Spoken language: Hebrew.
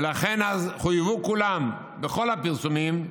ולכן אז חויבו כולם, בכל הפרסומים,